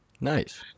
Nice